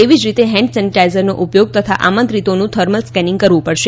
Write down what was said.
એવી જ રીતે હેન્ડ સેનિટાઈઝરનો ઉપયોગ તથા આમંત્રિતોનું થર્મલ સ્કેનિંગ કરાવવું પડશે